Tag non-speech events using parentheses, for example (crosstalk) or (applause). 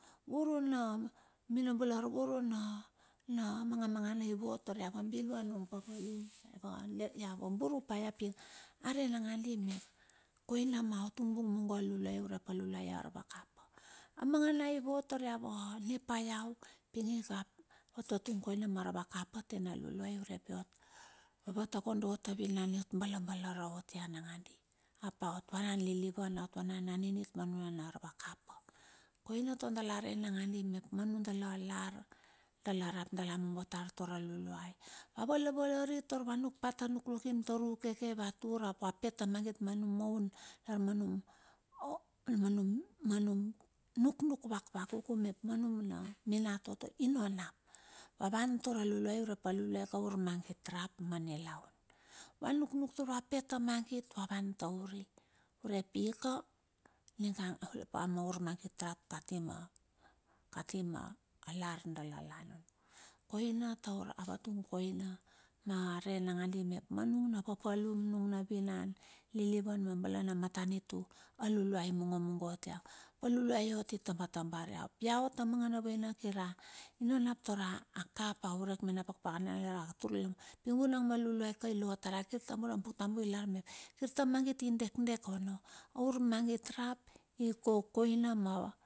Voro na minobo lar voro na na mangamanga ivot taur ia vabilua a nung papalum, ia vaburu pa ia pi, are nangadi mep. Koina maot vung vung mugo a luluai urep a luluai a arvakapa. Amanga na i vot tar a vena pa iou, pin i ka a vatung koina ma arvakapa te nu luluai urep vavatakondo ot a vinan ot balbalura u nangadi hap a ot vunan lilivan ap vavan naninit ma nuna na arvakapa. Koina taur dala rei nagandi mep ma nundala lar, dala rap dala mombo tar tar a luluai. Va vala valari taur va nuk pa ta pit mangit ma num oun lar ma num o ma (hesitation) num ma num nuknuk vakuku mep ma num minatoto, i nonap. Va wan tar a luluai urep a luluai ka a urmagit rap ma nilaun. Va nuknuk taur va pit ta mangit va van taur i. Urep i ka ninga aulapa maur ma urmangit rap kati ma, kati ma a lar dala lan ono. Koina taur a vatung koina na re nangandi mep ma nung na papalum nung na vinan lilivan ma bale nu matanitu, a luluai i mugomugo ot iau, ap a luluai ot a tabatabar iau pi iau ot mangana vaina kir a nonap ta a kapau urep mena pakapaka na ionge a tur. Pi vuna ma luluai ka la tar ia a buk tabu i lar mep. Kir ta magit i dekdek. A urmagit rap i kokoina ma.